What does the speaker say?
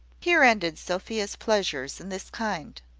here ended sophia's pleasures in this kind.